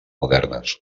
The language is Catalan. modernes